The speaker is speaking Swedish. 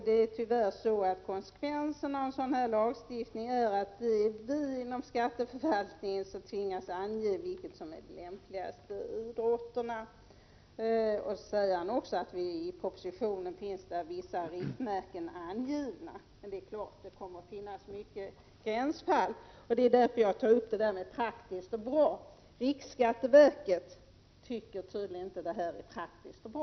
”-— Det är tyvärr så att konsekvensen av en sådan här lagstiftning är att det är vi inom skatteförvaltningen som tvingas ange vilka som är de lämpliga idrotterna.” Han säger också att det i propositionen finns vissa riktmärken angivna. Det kommer att finnas många gränsfall. Därför tog jag upp det här med praktiskt och bra. Riksskatteverket tycker tydligen inte att det är praktiskt och bra.